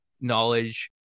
knowledge